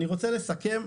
אני רוצה לסכם,